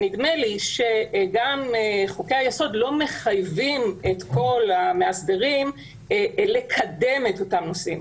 נדמה לי שגם חוקי היסוד לא מחייבים את כל המאסדרים לקדם את אותם נושאים.